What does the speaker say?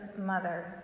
mother